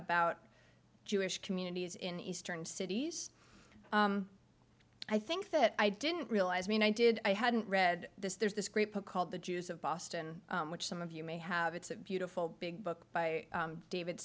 about jewish communities in eastern cities i think that i didn't realize i mean i did i hadn't read this there's this great book called the jews of boston which some of you may have it's a beautiful big book by david